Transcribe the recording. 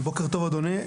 בוקר טוב אדוני.